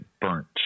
burnt